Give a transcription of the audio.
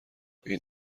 این